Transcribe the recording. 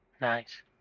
Nice